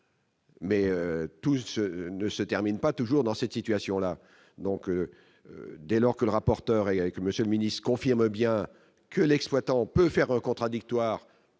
Mais tous ne se termine pas toujours dans cette situation-là, donc, dès lors que le rapporteur et avec Monsieur le Ministre, confirme bien que l'exploitant peut faire contradictoires